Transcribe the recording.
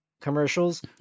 commercials